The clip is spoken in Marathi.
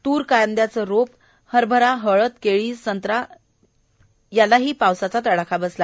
तूर कांद्याचे रोप हरभरा हळद केळी संत्रा विकासासही या पावसाचा तडाखा बसला